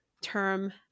term